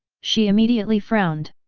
she immediately frowned.